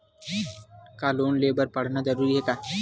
का लोन ले बर पढ़ना जरूरी हे का?